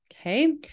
Okay